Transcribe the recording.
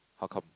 how come